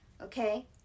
Okay